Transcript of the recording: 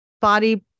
body